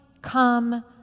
come